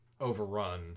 overrun